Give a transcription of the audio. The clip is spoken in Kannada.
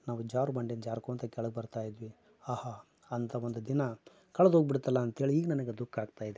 ನಾವು ಜಾರುಬಂಡಿ ಜಾರ್ಕೊಳ್ತಾ ಕೆಳಗೆ ಬರ್ತಾಯಿದ್ವಿ ಆಹಾ ಅಂತ ಒಂದು ದಿನ ಕಲ್ದೋಗ್ಬಿಡ್ತಲ್ಲ ಅಂತೇಳಿ ಈಗ ನನಗೆ ದುಃಖ ಆಗ್ತಾಯಿದೆ